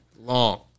Long